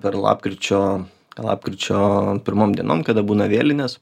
per lapkričio lapkričio pirmom dienom kada būna vėlinės